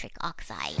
oxide